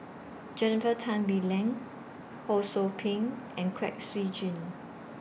Jennifer Tan Bee Leng Ho SOU Ping and Kwek Siew Jin